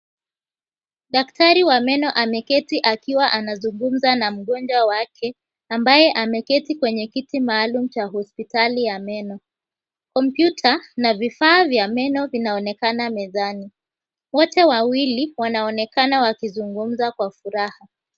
Daktari wa meno ameketi akiwa anazungumza na mgonjwa wake ambaye ameketi kwenye kiti maalum cha hospitali ya meno. Computer na vifaa vya meno vinaonekana mezani. Wote wawili wanaonekana wakizungumza kwa furaha.